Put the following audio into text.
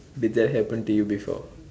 did that happen to you before